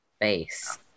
base